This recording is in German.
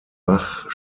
bach